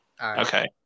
Okay